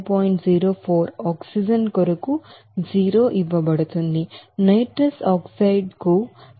04 oxygen కొరకు 0 ఇవ్వబడుతుంది nitrous oxide కు 21